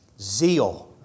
zeal